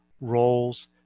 roles